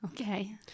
Okay